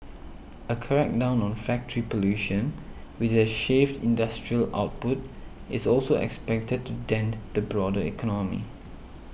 a crackdown on factory pollution which has shaved industrial output is also expected to dent the broader economy